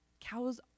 Cows